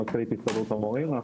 בקרוב.